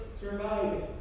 surviving